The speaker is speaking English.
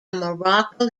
morocco